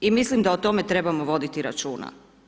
I mislim da o tome trebamo voditi računa.